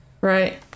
Right